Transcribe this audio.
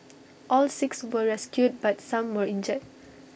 all six were rescued but some were injured